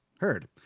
Heard